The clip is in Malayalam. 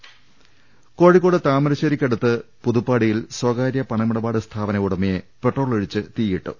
ദർവ്വക്ക കോഴിക്കോട് താമരശേരിക്കടുത്ത പുതുപ്പാടിയിൽ സ്ഥകാര്യ പണമിട പാട് സ്ഥാപന ഉടമയെ പെട്രോളൊഴിച്ച് തീയിട്ടു